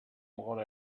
more